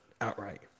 outright